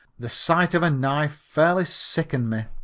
the sight of a knife fairly sickened me.